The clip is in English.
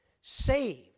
saved